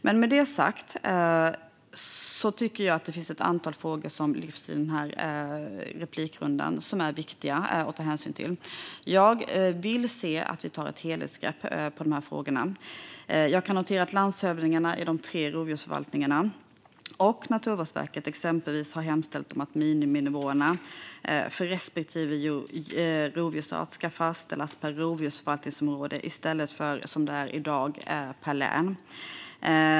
Men med det sagt tycker jag att det finns ett antal frågor som lyfts i denna replikrunda som är viktiga att ta hänsyn till. Jag vill se att vi tar ett helhetsgrepp om dessa frågor. Jag noterar att landshövdingarna i de tre rovdjursförvaltningarna och Naturvårdsverket exempelvis har hemställt om att miniminivåerna för respektive rovdjursart ska fastställas per rovdjursförvaltningsområde i stället för, som det är i dag, per län.